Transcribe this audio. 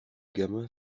gamin